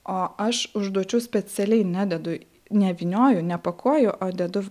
o aš užduočių specialiai nededu nevynioju nepakuoju o dedu